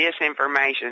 disinformation